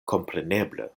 kompreneble